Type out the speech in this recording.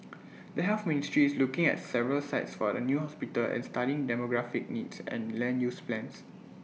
the health ministry is looking at several sites for the new hospital and studying demographic needs and land use plans